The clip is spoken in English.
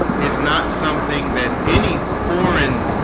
is not something that any foreign